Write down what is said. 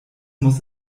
muss